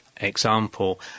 example